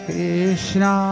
Krishna